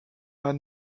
pas